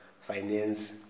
Finance